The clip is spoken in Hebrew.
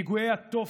פיגועי התופת,